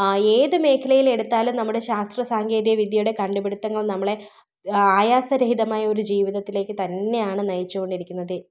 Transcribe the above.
ഏതു മേഖലയിൽ എടുത്താലും നമ്മുടെ ശാസ്ത്രസാങ്കേതിക വിദ്യയുടെ കണ്ടുപിടിത്തങ്ങൾ നമ്മളെ ആയാസരഹിതമായ ഒരു ജീവിതത്തിലേക്ക് തന്നെയാണ് നയിച്ചു കൊണ്ടിരിക്കുന്നത്